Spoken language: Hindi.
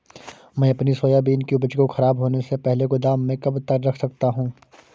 मैं अपनी सोयाबीन की उपज को ख़राब होने से पहले गोदाम में कब तक रख सकता हूँ?